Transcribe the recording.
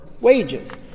wages